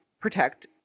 protect